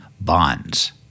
bonds